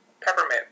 peppermint